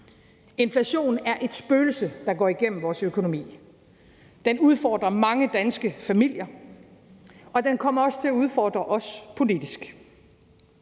Inflationen er et spøgelse, der går igennem vores økonomi. Den udfordrer mange danske familier, og den kommer også til at udfordre os politisk.